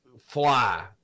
fly